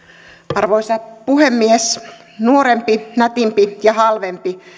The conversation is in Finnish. arvoisa puhemies nuorempi nätimpi ja halvempi